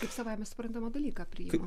kaip savaime suprantamą dalyką priimam